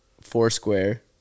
foursquare